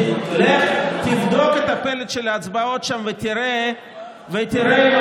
לך תבדוק את הפלט של ההצבעות שם ותראה אם